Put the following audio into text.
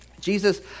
Jesus